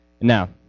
Now